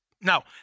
Now